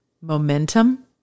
momentum